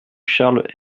charles